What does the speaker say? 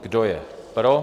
Kdo je pro?